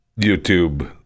YouTube